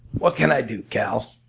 what can i do, cal?